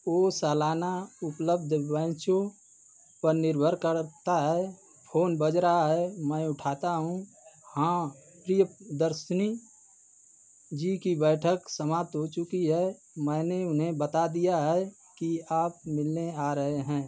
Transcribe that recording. वह सालाना उपलब्ध बैचों पर निर्भर करता है फ़ोन बज रहा है मैं उठाता हूँ हाँ प्रियदर्शिनी जी की बैठक समाप्त हो चुकी है मैंने उन्हें बता दिया है कि आप मिलने आ रहे हैं